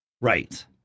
Right